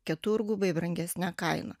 keturgubai brangesnę kainą